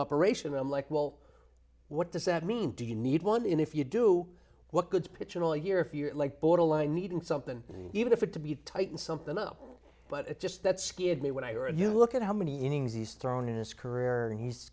operation and i'm like well what does that mean do you need one if you do what good pitching all year if you're like borderline needing something even if it to be tightened something up but just that scared me when i go and you look at how many innings he's thrown in his career and he's